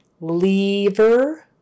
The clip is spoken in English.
lever